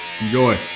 Enjoy